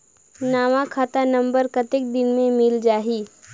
नवा खाता नंबर कतेक दिन मे मिल जाही?